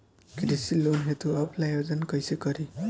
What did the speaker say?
कृषि लोन हेतू ऑफलाइन आवेदन कइसे करि?